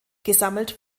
gesammelt